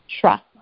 Trust